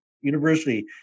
University